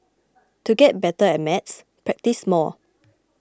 to get better at maths practise more